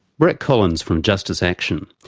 brett collins from justice action.